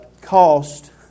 Cost